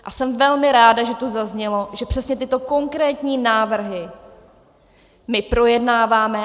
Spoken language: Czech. A jsem velmi ráda, že tu zaznělo, že přesně tyto konkrétní návrhy my projednáváme.